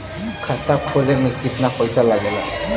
खाता खोले में कितना पईसा लगेला?